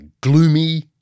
gloomy